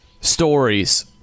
stories